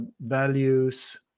values